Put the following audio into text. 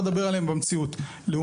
שלא